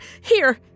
Here